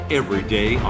everyday